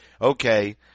okay